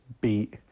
beat